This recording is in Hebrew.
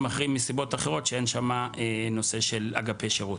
אחרים שמסיבות אחרות אין בהם אגפי שירות.